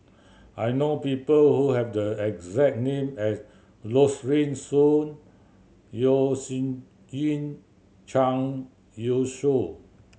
I know people who have the exact name as Rosaline Soon Yeo Shih Yun Zhang Youshuo